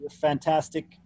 fantastic